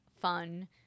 fun